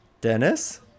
Dennis